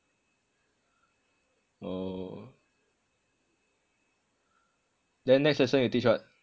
oh then next lesson you teach what